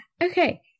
Okay